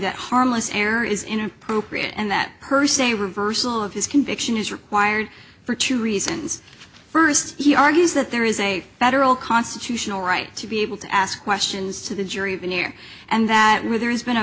that harmless error is inappropriate and that per se reversal of his conviction is required for two reasons first he argues that there is a federal constitutional right to be able to ask questions to the jury veneer and that where there has been a